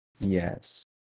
Yes